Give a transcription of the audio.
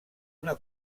una